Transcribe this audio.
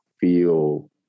feel